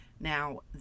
Now